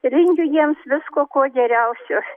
ir linkiu jiems visko ko geriausio